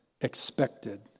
expected